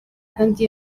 kandi